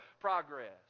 progress